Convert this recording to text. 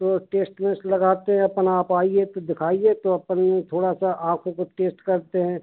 तो टेस्ट वेस्ट लगाते हैं अपन आप आइए तो देखाइए तो अपन थोड़ा सा आँखों को टेस्ट करते हैं